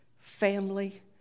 family